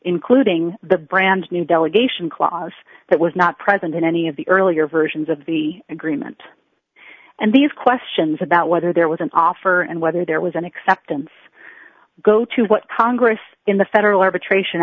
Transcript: including the brand new delegation clause that was not present in any of the earlier versions of the agreement and these questions about whether there was an offer and whether there was an acceptance go to what congress in the federal arbitration